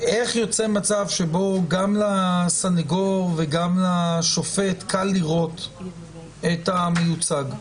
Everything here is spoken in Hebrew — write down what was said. איך יוצא מצב שבו גם לסנגור וגם לשופט קל לראות את המיוצג?